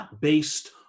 based